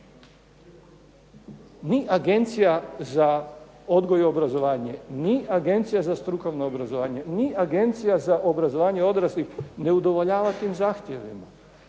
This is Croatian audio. Ni Agencija za odgoj i obrazovanje, ni Agencija za strukovno obrazovanje, ni Agencija za obrazovanje odraslih ne udovoljava tim zahtjevima,